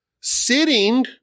sitting